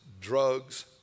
drugs